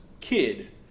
kid